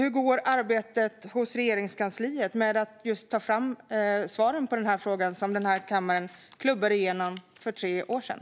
Hur går arbetet i Regeringskansliet med att ta fram svar på det som kammaren fattade beslut om för tre år sedan?